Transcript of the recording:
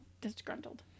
disgruntled